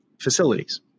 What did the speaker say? facilities